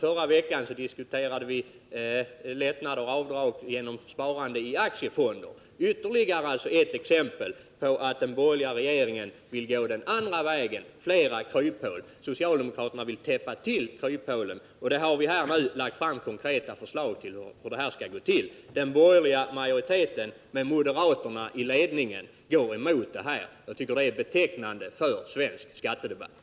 I förra veckan diskuterade vi t.ex. avdrag, alltså skattelättnader, genom sparande i aktiefonder. Det är ytterligare ett exempel på att den borgerliga regeringen vill gå den andra vägen — mot fler kryphål. Socialdemokraterna vill täppa till kryphålen. Vi har lagt fram konkreta förslag om hur det skall gå till. Den borgerliga majoriteten med moderaterna i ledningen går emot sådana förslag. Jag tycker att det är betecknande för svensk skattedebatt.